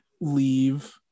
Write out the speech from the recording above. leave